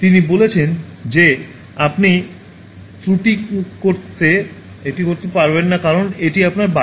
তিনি বলেছেন যে আপনি এটি করতে পারবেন না কারণ এটি আপনার বাড়ি